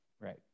Right